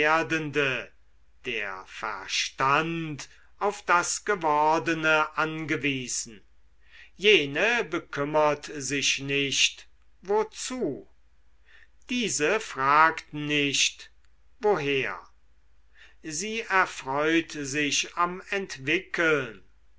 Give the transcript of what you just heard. der verstand auf das gewordene angewiesen jene bekümmert sich nicht wozu dieser fragt nicht woher sie erfreut sich am entwickeln